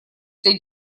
для